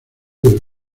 del